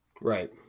Right